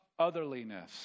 otherliness